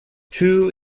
two